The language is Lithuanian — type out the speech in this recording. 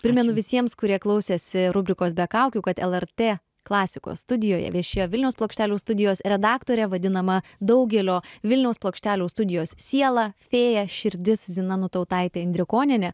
primenu visiems kurie klausėsi rubrikos be kaukių kad el er t klasikos studijoje viešėjo vilniaus plokštelių studijos redaktorė vadinama daugelio vilniaus plokštelių studijos siela fėja širdis zina nutautaitė indrikonienė